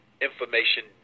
information